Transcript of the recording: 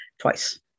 twice